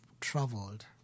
traveled